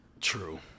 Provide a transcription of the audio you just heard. true